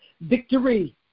victory